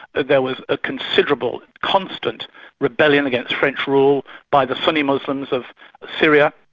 there was a considerable, constant rebellion against french rule by the sunni muslims of syria,